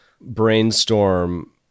brainstorm